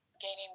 gaining